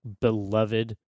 beloved